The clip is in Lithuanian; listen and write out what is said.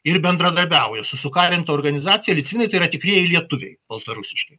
ir bendradarbiauja su sukarinta organizacija licvinai tai yra tikrieji lietuviai baltarusiški